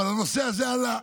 אבל הנושא הזה עלה.